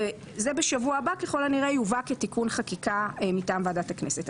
וזה בשבוע הבא ככל הנראה יובא כתיקון חקיקה מטעם ועדת הכנסת.